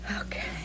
Okay